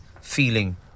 feeling